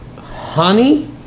honey